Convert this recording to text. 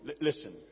listen